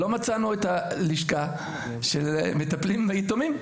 לא מצאנו את הלשכה של מטפלים ביתומים.